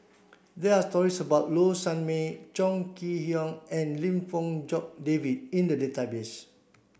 there are stories about Low Sanmay Chong Kee Hiong and Lim Fong Jock David in the database